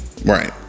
Right